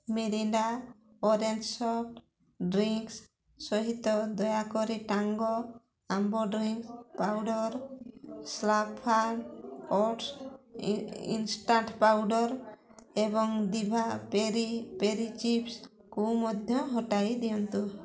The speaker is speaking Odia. ମିରିଣ୍ଡା ଅରେଞ୍ଜ୍ ସଫ୍ଟ୍ ଡ୍ରିଙ୍କ୍ସ୍ ସହିତ ଦୟାକରି ଟାଙ୍ଗ ଆମ୍ବ drink powder Slurp Farm oats instant powder ଏବଂ ଦିଭା ପେରି ପେରି ଚିପ୍ସ୍କୁ ମଧ୍ୟ ହଟାଇଦିଅନ୍ତୁ